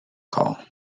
call